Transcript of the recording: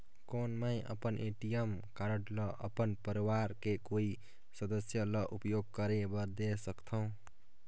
कौन मैं अपन ए.टी.एम कारड ल अपन परवार के कोई सदस्य ल उपयोग करे बर दे सकथव?